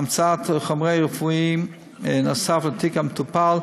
המצאת חומר רפואי נוסף לתיק המטופל,